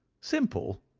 simple!